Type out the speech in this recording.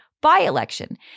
by-election